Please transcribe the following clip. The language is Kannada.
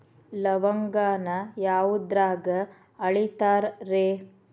ಲವಂಗಾನ ಯಾವುದ್ರಾಗ ಅಳಿತಾರ್ ರೇ?